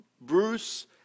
Bruce